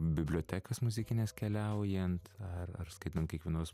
bibliotekas muzikines keliaujant ar ar skaitant kiekvienos